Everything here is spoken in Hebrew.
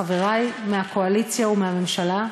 חברי מהקואליציה ומהממשלה,